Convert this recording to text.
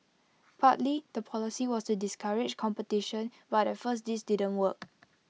partly the policy was to discourage competition but at first this didn't work